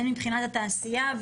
הן מבחינת התעשייה,